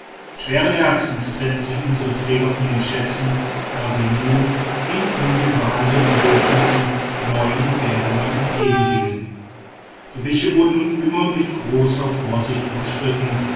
schweren herzens trennten sich unsere träger von den schätzen da wir nun in ungebahnten wildnissen neuen entbehrungen entgegengingen die bäche wurden nun immer mit großer vorsicht überschritten